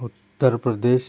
Uttar Pradesh